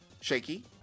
Shaky